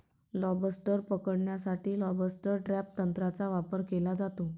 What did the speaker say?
lobster पकडण्यासाठी lobster trap तंत्राचा वापर केला जातो